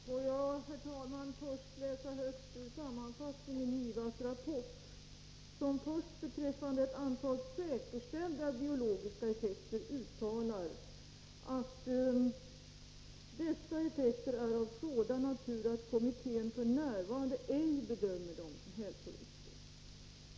Herr talman! Får jag först läsa något ur sammanfattningen i IVA:s rapport. Först uttalar IVA beträffande ett antal säkerställda effekter: Dessa effekter är av sådan natur att kommittén f. n. ej bedömer dem som hälsorisker.